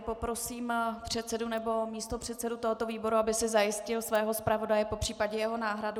Poprosím tedy předsedu nebo místopředsedu tohoto výboru, aby si zajistil svého zpravodaje, popřípadě jeho náhradu.